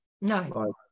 No